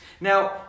Now